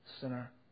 sinner